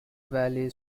valley